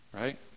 right